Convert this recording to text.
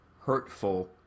hurtful